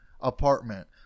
apartment